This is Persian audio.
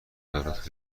برات